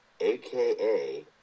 aka